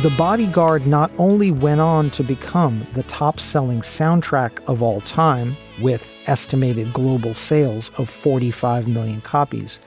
the bodyguard not only went on to become the top selling soundtrack of all time, with estimated global sales of forty five million copies